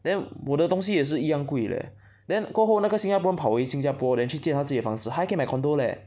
then 我的东西也是一样贵 leh then 过后那个新加坡人跑回新加坡 then 去建他自己的房子还可以买 condo leh